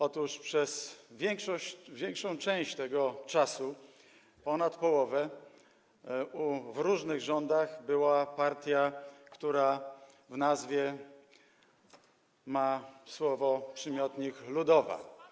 Otóż przez większą część tego czasu, ponad połowę, w różnych rządach była partia, która w nazwie ma słowo, przymiotnik „ludowa”